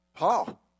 Paul